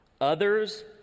others